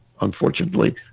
unfortunately